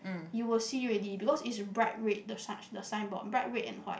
you will see already because is bright red the signboard bright red and white